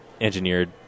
engineered